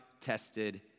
tested